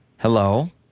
Hello